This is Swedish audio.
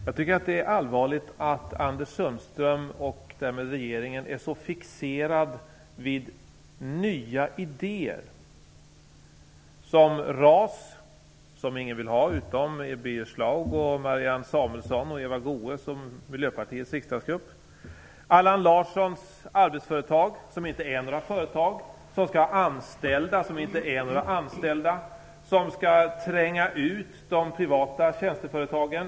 Jag tycker att det är allvarligt att Anders Sundström och därmed regeringen är så fixerad vid nya idéer som RAS - som ingen vill ha, utom Miljöpartiets riksdagsgrupp i övrigt - och Allan Larssons arbetsföretag, som inte är några företag, som skall ha anställda som inte är några anställda och som skall tränga ut de privata tjänsteföretagen.